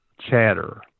chatter